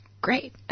Great